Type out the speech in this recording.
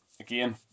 Again